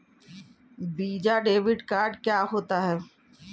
Visa debit card क्या होता है?